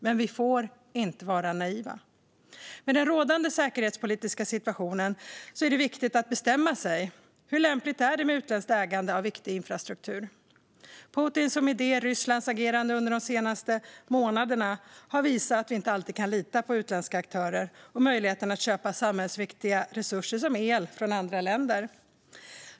Men vi får inte vara naiva. I den rådande säkerhetspolitiska situationen är det viktigt att bestämma sig för hur lämpligt det är med utländskt ägande av viktig infrastruktur. Putins, och med det Rysslands, agerande under de senaste månaderna har visat att vi inte alltid kan lita på utländska aktörer och möjligheten att köpa samhällsviktiga resurser som el från andra länder.